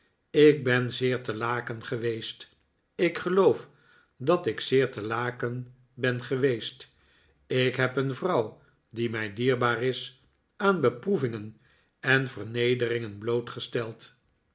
ik ben zeer te laken geweest ik geloof dat ik zeer te laken ben geweest ik heb een vrouw die mij dierbaar is aan beproevingen en vernederingen blootgesteld